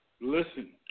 Listen